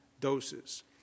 doses